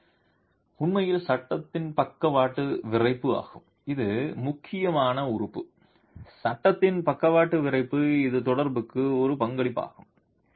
λh என்பது உண்மையில் சட்டத்தின் பக்கவாட்டு விறைப்பு ஆகும் இது முக்கியமான உறுப்பு சட்டத்தின் பக்கவாட்டு விறைப்பு இது தொடர்புக்கு ஒரு பங்களிப்பாகும்